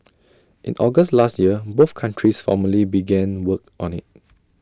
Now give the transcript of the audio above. in August last year both countries formally began work on IT